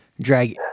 drag